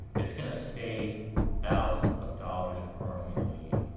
it's going to save thousands of dollars per employee.